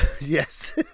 yes